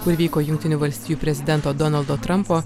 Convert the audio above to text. kur vyko jungtinių valstijų prezidento donaldo trampo